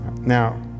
Now